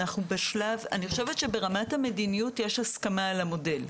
אני חושבת שברמת המדיניות יש הסכמה על המודל.